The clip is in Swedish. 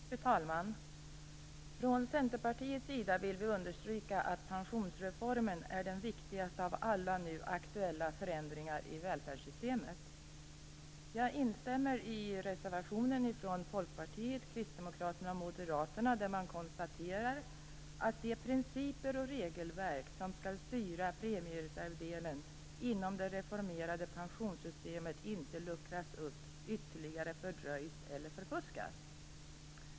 Fru talman! Från Centerpartiets sida vill vi understryka att pensionsreformen är den viktigaste av alla nu aktuella förändringar i välfärdssystemet. Jag instämmer i reservationen från Folkpartiet, Kristdemokraterna och Moderaterna där man konstaterar att det är av stor vikt att de principer och regelverk som skall styra premiereservdelen inom det reformerade pensionssystemet inte luckras upp, ytterligare fördröjs eller förfuskas.